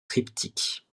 triptyque